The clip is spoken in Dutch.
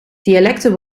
dialecten